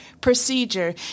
procedure